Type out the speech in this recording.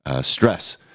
stress